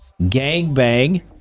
Gangbang